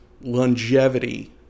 longevity